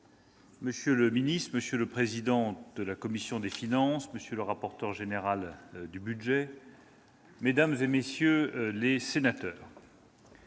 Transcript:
monsieur le ministre, monsieur le président de la commission des finances, monsieur le rapporteur général, mesdames, messieurs les sénateurs,